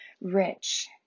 rich